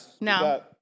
No